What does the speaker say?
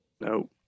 No